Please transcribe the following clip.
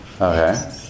Okay